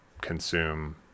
consume